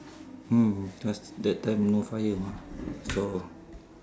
mm cause that time no fire know so